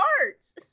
parts